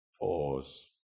pause